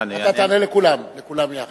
אתה תענה לכולם, לכולם יחד.